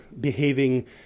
behaving